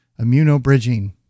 immunobridging